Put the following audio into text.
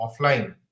offline